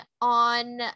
on